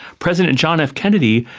president john f kennedy,